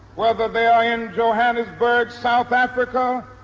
whether they are in johannesburg, south africa